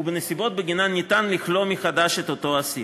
הוא בנסיבות שבגינן ניתן לכלוא מחדש את אותו אסיר.